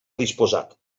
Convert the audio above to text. disposat